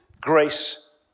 grace